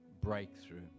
breakthrough